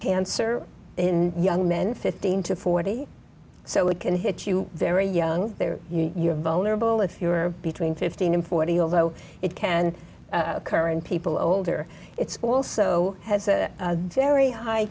cancer in young men fifteen to forty so it can hit you very young you're vulnerable if you are between fifteen and forty although it can occur in people older it's also has a very high